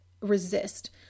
resist